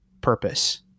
purpose